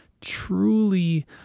truly